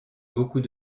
beaucoup